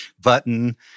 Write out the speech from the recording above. button